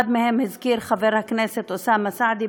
אחד מהם הזכיר חבר הכנסת אוסאמה סעדי,